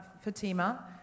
Fatima